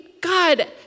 God